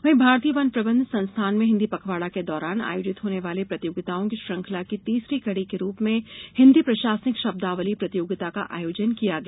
वहीं भारतीय वन प्रबंध संस्थान में हिन्दी पखवाड़ा के दौरान आयोजित होने वाली प्रतियोगिताओं की श्रृंखला की तीसरी कड़ी के रूप में हिन्दी प्रशासनिक शब्दावली प्रतियोगिता का आयोजन किया गया